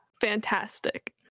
fantastic